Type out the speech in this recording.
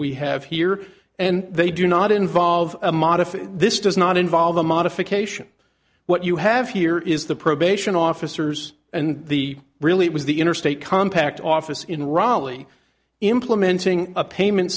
we have here and they do not involve a modified this does not involve a modification what you have here is the probation officers and the really was the interstate compact office in raleigh implementing a payment